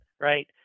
right